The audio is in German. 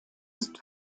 ist